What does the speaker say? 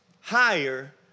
higher